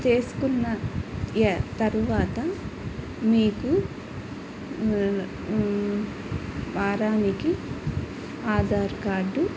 చేసుకున్న య తరువాత మీకు వారానికి ఆధార్ కార్డు